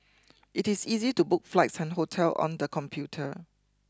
it is easy to book flights and hotel on the computer